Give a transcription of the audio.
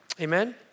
Amen